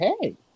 hey